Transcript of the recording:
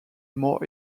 more